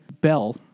Bell